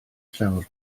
llawr